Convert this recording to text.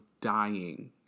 dying